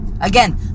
Again